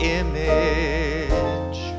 image